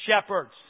shepherds